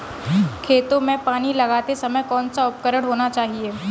खेतों में पानी लगाते समय कौन सा उपकरण होना चाहिए?